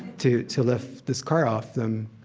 to to lift this car off them.